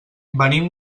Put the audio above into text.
venim